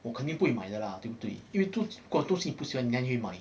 我肯定不会买的啦对不对因为都如果东西你不喜欢你哪里会买